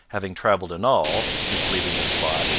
having travelled in all, since leaving this spot,